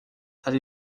that